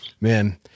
Man